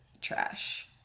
trash